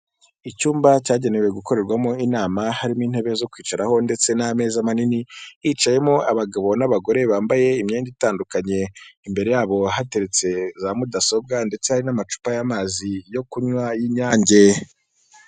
Icyumba cyagenewe gukorerwamo inama harimo intebe zo kwicaraho ndetse n'ameza manini, hicayemo abagabo n'abagore bambaye imyenda itandukanye, imbere yabo hateretse za mudasobwa ndetse n'amacupa y'amazi yo kunywa y'Inyange.